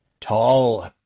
Tall